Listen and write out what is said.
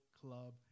Club